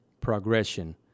progression